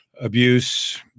abuse